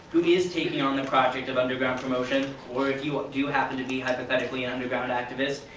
who is taking on the project of underground promotion, or if you do happen to be, hypothetically, an underground activist,